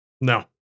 No